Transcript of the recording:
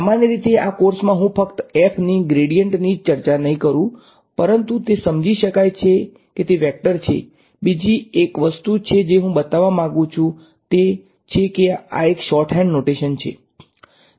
સામાન્ય રીતે આ કોર્સમાં હું ફક્ત f ની ગ્રેડીયન્ટ ની જ ચર્ચા નહી કરુ પરંતુ તે સમજી શકાય છે કે તે વેક્ટર છે બીજી એક વસ્તુ જે હું બતાવવા માંગું છું તે છે કે આ એક શોર્ટહેન્ડ નોટેશન છે